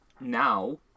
now